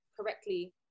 correctly